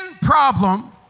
problem